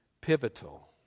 pivotal